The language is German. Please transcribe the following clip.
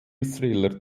thriller